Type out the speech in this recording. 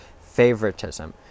favoritism